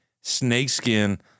snakeskin